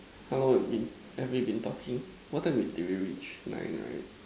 how long have we been have we been talking what time did we reach nine right